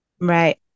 Right